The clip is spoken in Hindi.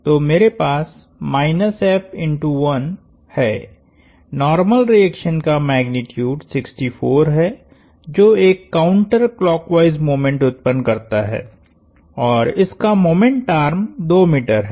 तो मेरे पासहै नार्मल रिएक्शन का मैग्नीट्यूड 64 है जो एक काउंटर क्लॉकवॉईस मोमेंट उत्पन्न करता है और इसका मोमेंट आर्म 2 मीटर है